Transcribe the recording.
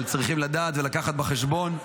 אבל צריכים לדעת ולקחת בחשבון,